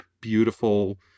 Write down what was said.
beautiful